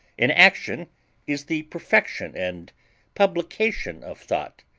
an action is the perfection and publication of thought.